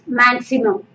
maximum